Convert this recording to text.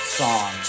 song